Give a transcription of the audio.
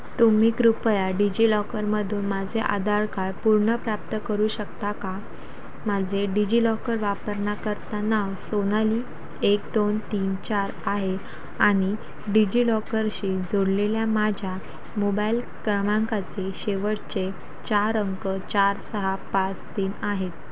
तुम्ही कृपया डिजि लॉकरमधून माझे आधार कार पुनर्प्राप्त करू शकता का माझे डिजि लॉकर वापरकर्ता नाव सोनाली एक दोन तीन चार आहे आणि डिजि लॉकरशी जोडलेल्या माझ्या मोबाईल क्रमांकाचे शेवटचे चार अंक चार सहा पाच तीन आहेत